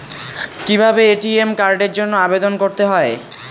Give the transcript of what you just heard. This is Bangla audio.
কিভাবে এ.টি.এম কার্ডের জন্য আবেদন করতে হয়?